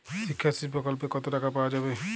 শিক্ষাশ্রী প্রকল্পে কতো টাকা পাওয়া যাবে?